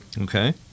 okay